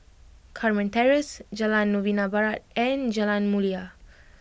Carmen Terrace Jalan Novena Barat and Jalan Mulia